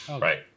right